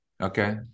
okay